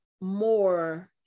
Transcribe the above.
more